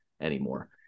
anymore